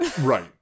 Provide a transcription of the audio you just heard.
Right